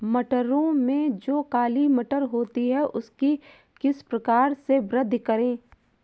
मटरों में जो काली मटर होती है उसकी किस प्रकार से वृद्धि करें?